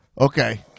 Okay